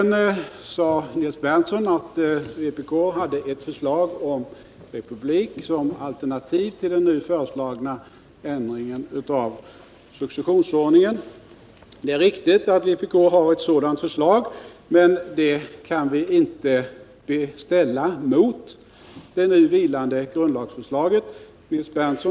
Nils Berndtson sade att vpk hade ett förslag om republik som ett alternativ till den nu föreslagna ändringen av successionsordningen. Det är riktigt att vpk har ett sådant förslag, men det kan vi inte ställa emot det nu vilande grundlagsförslaget.